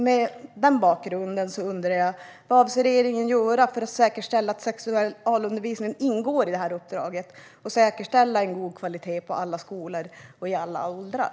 Mot den bakgrunden undrar jag vad regeringen avser att göra för att säkerställa att sexualundervisningen ingår i uppdraget att säkerställa en god kvalitet i undervisningen på alla skolor och för alla åldrar.